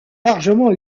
largement